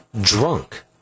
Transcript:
drunk